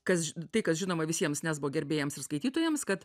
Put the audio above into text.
kas tai kas žinoma visiems nesbo gerbėjams ir skaitytojams kad